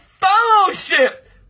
fellowship